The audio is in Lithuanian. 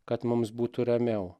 kad mums būtų ramiau